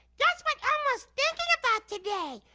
guess what elmo's thinking about today.